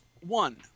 one